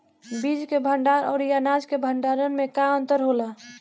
बीज के भंडार औरी अनाज के भंडारन में का अंतर होला?